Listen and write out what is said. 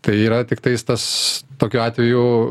tai yra tiktais tas tokiu atveju